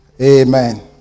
Amen